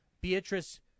Beatrice